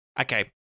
Okay